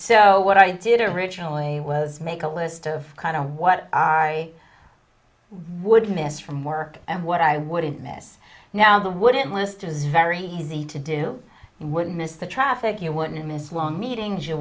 so what i did originally was make a list of kind of what i would miss from work and what i wouldn't miss now the wooden list is very easy to do would miss the traffic you want to miss long meetings you